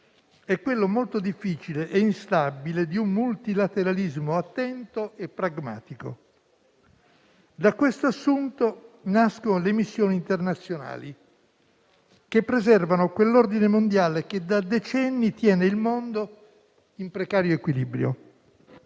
è quello molto difficile e instabile di un multilateralismo attento e pragmatico. Da questo assunto nascono le missioni internazionali, che preservano quell'ordine mondiale che da decenni tiene il mondo in precario equilibrio.